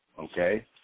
Okay